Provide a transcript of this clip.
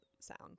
sound